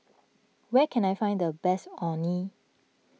where can I find the best Orh Nee